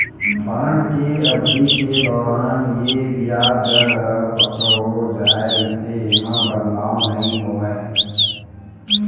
bond के अबधि के दौरान ये बियाज दर ह पक्का हो जाय रहिथे, ऐमा बदलाव नइ होवय